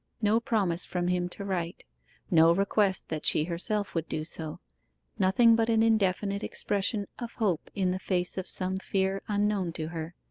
no promise from him to write no request that she herself would do so nothing but an indefinite expression of hope in the face of some fear unknown to her.